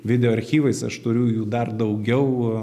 video archyvais aš turiu jų dar daugiau